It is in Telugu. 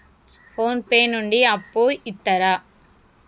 ఫోన్ పే నుండి అప్పు ఇత్తరా?